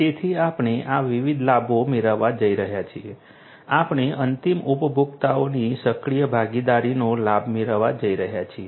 તેથી આપણે આ વિવિધ લાભો મેળવવા જઈ રહ્યા છીએ આપણે અંતિમ ઉપભોક્તાઓની સક્રિય ભાગીદારીનો લાભ મેળવવા જઈ રહ્યા છીએ